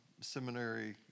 seminary